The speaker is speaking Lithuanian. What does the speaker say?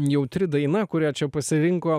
jautri daina kurią čia pasirinko